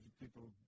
people